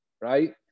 right